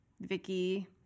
Vicky